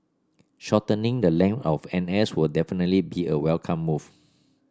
shortening the length of N S will definitely be a welcome move